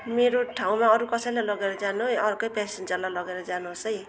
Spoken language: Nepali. मेरो ठाउँमा अरू कसैलाई लगेर जानु है अर्कै प्यासेन्जरलाई लगेर जानुहोस् है